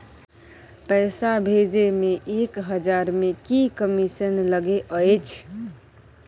पैसा भैजे मे एक हजार मे की कमिसन लगे अएछ?